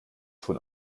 von